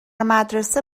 مدرسه